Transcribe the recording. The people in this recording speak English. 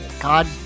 God